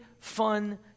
fun